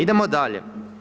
Idemo dalje.